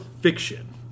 Fiction